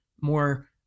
more